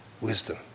Wisdom